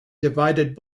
divided